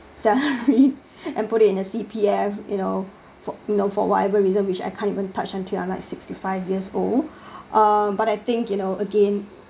salary and put it in the C_P_F you know for you know for whatever reason which I can't even touched until I'm like sixty five years old uh but I think you know again